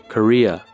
Korea